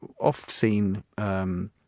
off-scene